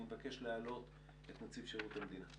אני מבקש להעלות את נציב שירות המדינה,